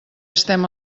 estem